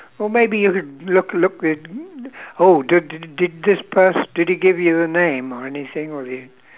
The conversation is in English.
well maybe look look at oh did did this pers~ did he give you a name or anything was he